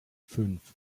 fünf